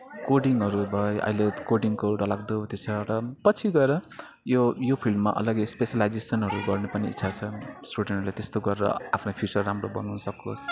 कोडिङहरू भयो अहिले कोडिङको डरलाग्दो उत्यो छ तर पछि गएर यो यो फिल्डमा अलगै स्पेसलाइजेसनहरू गर्न पनि इच्छा छ स्टुडेन्टहरूले त्यस्तो गरेर आफ्नो फ्युचर राम्रो बनाउन सकोस्